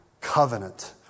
covenant